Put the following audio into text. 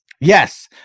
Yes